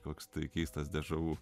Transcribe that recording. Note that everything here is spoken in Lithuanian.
koks tai keistas dažau